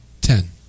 Ten